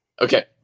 Okay